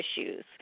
issues